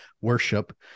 worship